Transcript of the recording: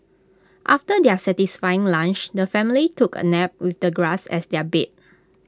after their satisfying lunch the family took A nap with the grass as their bed